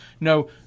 No